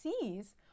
sees